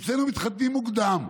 כי אצלנו מתחתנים מוקדם,